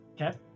Okay